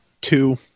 two